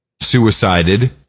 suicided